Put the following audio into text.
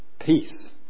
peace